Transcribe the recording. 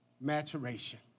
maturation